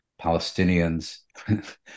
Palestinians